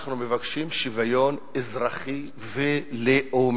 שאנחנו מבקשים שוויון אזרחי ולאומי.